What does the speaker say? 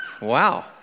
Wow